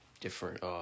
Different